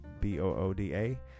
B-O-O-D-A